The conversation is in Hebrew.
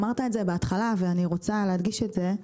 אמרת את זה בהתחלה ואני רוצה להדגיש את זה,